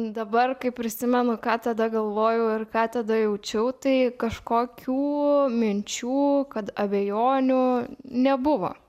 dabar kai prisimenu ką tada galvojau ir ką tada jaučiau tai kažkokių minčių kad abejonių nebuvo